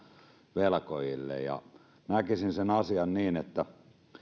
velkojille ja näkisin tämän asian niin että